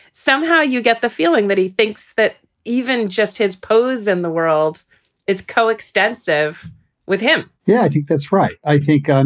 somehow you get the feeling that he thinks that even just his pose and the world is coextensive with him yeah, i think that's right. i think. um